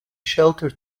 shelter